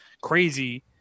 crazy